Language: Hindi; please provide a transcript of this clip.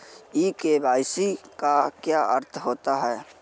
ई के.वाई.सी का क्या अर्थ होता है?